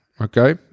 Okay